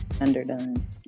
underdone